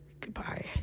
Goodbye